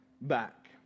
back